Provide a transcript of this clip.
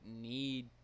need